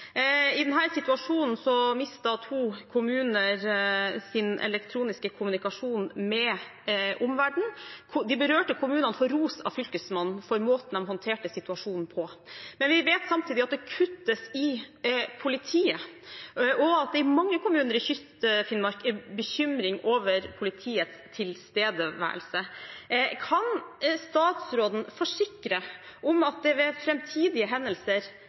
I denne situasjonen mistet to kommuner sin elektroniske kommunikasjon med omverdenen. De berørte kommunene får ros av Fylkesmannen for måten de håndterte situasjonen på. Men vi vet samtidig at det kuttes i politiet, og at det i mange kommuner i Kyst-Finnmark er bekymring over politiets tilstedeværelse. Kan statsråden forsikre at det ved framtidige hendelser